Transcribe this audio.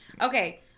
Okay